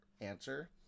answer